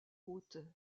haute